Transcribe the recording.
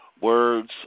Words